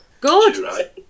Good